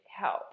help